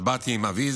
אז באתי עם אבי,